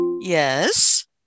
Yes